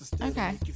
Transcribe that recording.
Okay